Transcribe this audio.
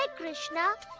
but krishna!